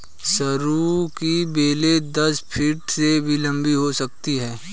सरू की बेलें दस फीट से भी लंबी हो सकती हैं